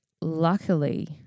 luckily